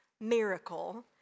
miracle